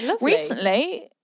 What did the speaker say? Recently